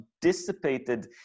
dissipated